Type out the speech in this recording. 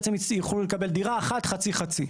בעצם הם יוכלו לקבל דירה אחת, חצי חצי.